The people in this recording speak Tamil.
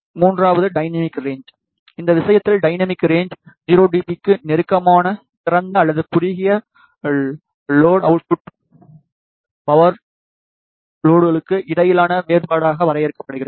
மூன்றாவது டைனமிக் ரேன்ச் இந்த விஷயத்தில் டைனமிக் ரேன்ச் 0 டிபிக்கு நெருக்கமான திறந்த அல்லது குறுகிய லோட்கான அவுட்புட் பவர் லோட்களுக்கு இடையிலான வேறுபாடாக வரையறுக்கப்படுகிறது